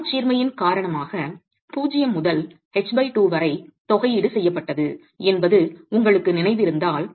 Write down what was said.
சமச்சீர்மையின் காரணமாக 0 முதல் h2 வரை தொகையீடு செய்யப்பட்டது என்பது உங்களுக்கு நினைவிருந்தால்